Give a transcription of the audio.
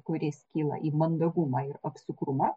kuri skyla į mandagumą ir apsukrumą